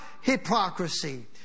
hypocrisy